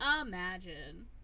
Imagine